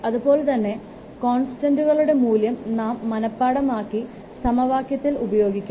അതുപോലെതന്നെ കോൺസ്റ്റൻസുകളുടെ മൂല്യം നാം മനപ്പാഠമാക്കി സമവാക്യത്തിൽ ഉപയോഗിക്കണം